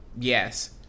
Yes